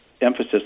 emphasis